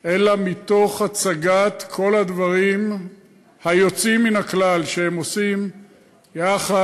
אלא מתוך הצגת כל הדברים היוצאים מן הכלל שהם עושים יחד